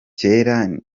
kera